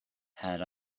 had